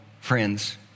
friends